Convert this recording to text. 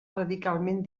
radicalment